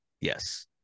yes